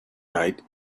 night